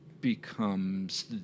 becomes